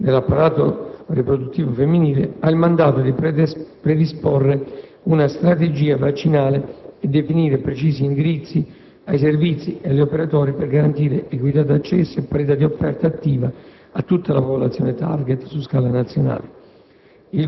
Il gruppo, nel quale sono presenti i rappresentanti dell'AITA e dell'Istituto superiore di sanità, delle Regioni, delle società scientifiche e delle categorie professionali tradizionalmente impegnate nella prevenzione, diagnosi e cura delle patologie croniche o degenerative